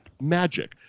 Magic